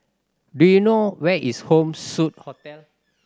do you know where is Home Suite Hotel